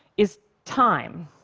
is time.